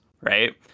right